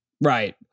Right